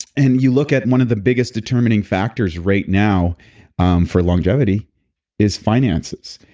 and you look at one of the biggest determining factors right now for longevity is finances.